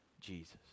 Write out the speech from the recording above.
Jesus